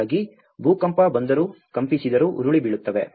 ಹಾಗಾಗಿ ಭೂಕಂಪ ಬಂದರೂ ಕಂಪಿಸಿದರೂ ಉರುಳಿ ಬೀಳುತ್ತವೆ